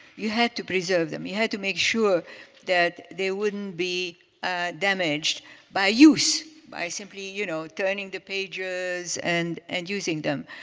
you had to preserve them. you had to make sure that they wouldn't be damaged by use, by simply, you know, turning the pages and and using them.